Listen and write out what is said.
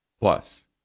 Plus